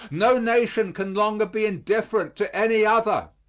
no nation can longer be indifferent to any other.